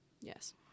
yes